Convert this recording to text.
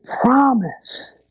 promise